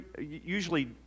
usually